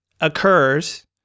occurs